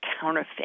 counterfeit